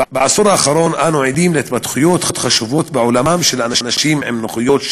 בעשור האחרון אנו עדים להתפתחויות חשובות בעולמם של אנשים עם נכויות,